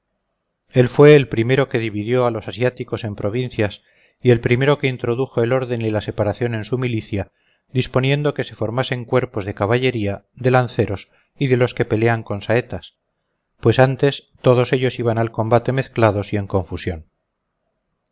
él fue el primero que dividió a los asiáticos en provincias y el primero que introdujo el orden y la separación en su milicia disponiendo que se formasen cuerpos de caballería de lanceros y de los que pelean con saetas pues antes todos ellos iban al combate mezclados y en confusión